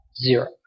zero